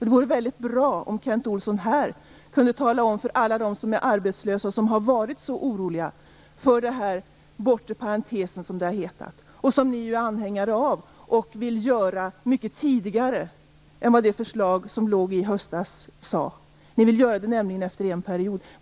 Det vore väldigt bra om Kent Olsson här kunde tala om för alla dem som är arbetslösa och som har varit så oroliga för den s.k. bortre parentesen, som ni ju är anhängare av och vill tidigarelägga i förhållande till det förslag som förelåg i höstas. Ni vill nämligen ha den bortre parentesen efter en period.